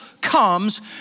comes